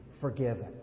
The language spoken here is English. forgiven